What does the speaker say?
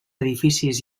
edificis